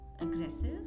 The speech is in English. aggressive